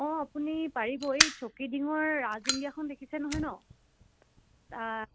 অঁ আপুনি পাৰিব এই চৌকিডিঙৰ ৰাজ ইণ্ডিয়াখন দেখিছে নহয় নহ্